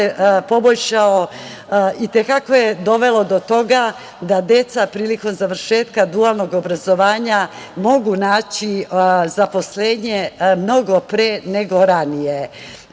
poboljšao, i te kako je dovelo do toga da deca prilikom završetka dualnog obrazovanja mogu naći zaposlenje mnogo pre nego ranije. Kada